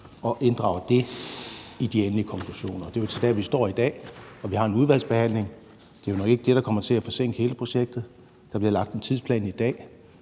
kan inddrage det i de endelige konklusioner. Og det er jo så der, hvor vi står i dag. Vi har en udvalgsbehandling – og det er jo nok ikke det, der kommer til at forsinke hele projektet. Der bliver lagt en tidsplan i dag,